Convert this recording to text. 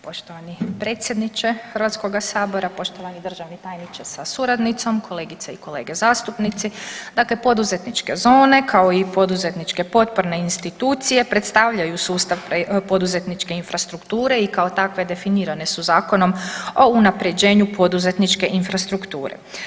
Poštovani predsjedniče Hrvatskog sabora, poštovani državni tajnice sa suradnicom, kolegice i kolege zastupnici dakle poduzetničke zone kao i poduzetničke potporne institucije predstavljaju sustav poduzetničke infrastrukture i kao takve definirane su Zakonom o unapređenju poduzetničke infrastrukture.